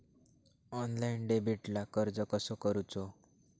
Online डेबिटला अर्ज कसो करूचो?